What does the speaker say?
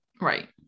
right